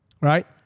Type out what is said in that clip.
right